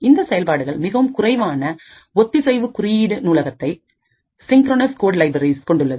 இந்த செயல்பாடுகள் மிகவும் குறைவான ஒத்திசைவு குறியீடு நூலகத்தை கொண்டுள்ளது